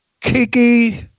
Kiki